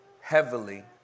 heavily